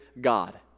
God